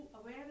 aware